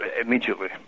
immediately